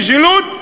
משילות,